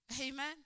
Amen